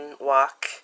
walk